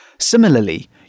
Similarly